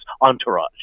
entourage